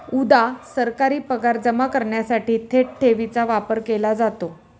उदा.सरकारी पगार जमा करण्यासाठी थेट ठेवीचा वापर केला जातो